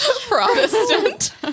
Protestant